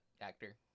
actor